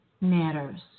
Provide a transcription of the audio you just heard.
Matters